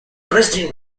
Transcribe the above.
christian